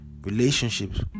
relationships